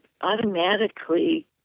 automatically